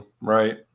right